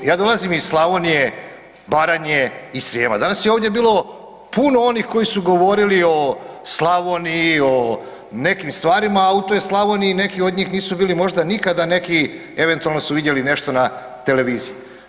Ja dolazim iz Slavonije, Baranje i Srijema danas je ovdje bilo puno onih koji su govorili o Slavoniji, o nekim stvarima, a u toj Slavoniji neki od njih nisu bili možda nikada, neki eventualno su vidjeli nešto na televiziji.